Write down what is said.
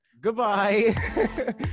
goodbye